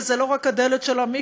וזה לא רק הדלת של המקווה,